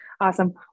awesome